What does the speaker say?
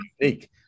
unique